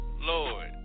Lord